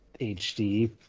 HD